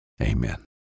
amen